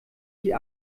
die